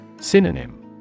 Synonym